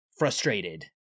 Frustrated